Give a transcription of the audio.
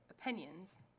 opinions